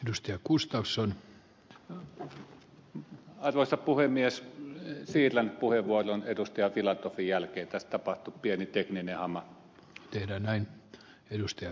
dust ja kustos on arvoisa puhemies vinssillä puhe vain edustaja tilattu jälkeen taas tapahtuu pieni tekninen oman että näin toimitaan